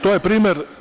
To je primer.